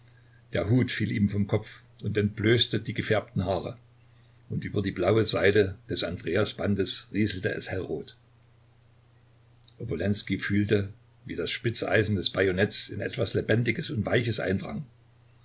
der hut fiel ihm vom kopf und entblößte die gefärbten haare und über die blaue seide des andreasbandes rieselte es hellrot obolenskij fühlte wie das spitze eisen des bajonetts in etwas lebendiges und weiches eindrang